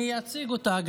אני אציג אותה.